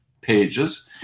pages